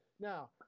now